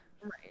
Right